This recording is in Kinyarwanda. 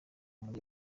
muri